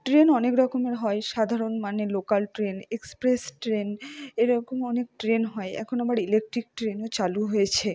train অনেক রকমের হয় সাধারণ মানে লোকাল ট্রেন এক্সপ্রেস ট্রেন এরকম অনেক ট্রেন হয় এখন আবার ইলেকট্রিক ট্রেনও চালু হয়েছে